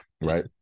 right